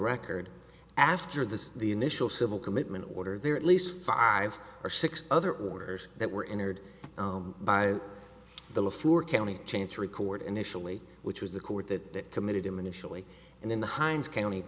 record after this the initial civil commitment order there at least five or six other orders that were entered by the county change record initially which was the court that committed him initially and then the hinds county